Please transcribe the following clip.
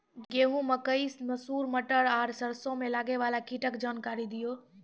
गेहूँ, मकई, मसूर, मटर आर सरसों मे लागै वाला कीटक जानकरी दियो?